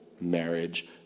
marriage